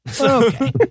Okay